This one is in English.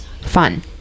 fun